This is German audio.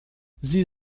sie